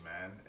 man